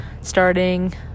starting